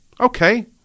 okay